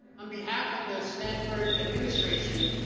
on behalf of the stanford administration,